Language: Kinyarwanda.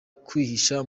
kwihisha